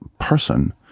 person